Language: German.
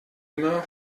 immer